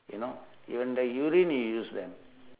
you know even their urine you use them